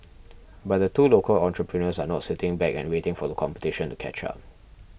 but the two local entrepreneurs are not sitting back and waiting for the competition to catch up